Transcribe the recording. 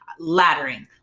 laddering